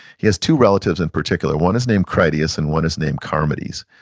he has two relatives in particular, one is named critias and one is named charmides.